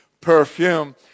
perfume